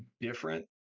different